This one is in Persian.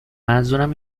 منظورم